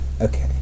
Okay